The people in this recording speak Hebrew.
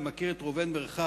אני מכיר את ראובן מרחב,